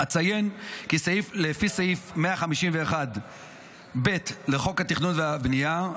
אציין כי לפי סעיף 151(ב) לחוק התכנון והבנייה,